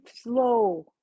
slow